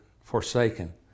forsaken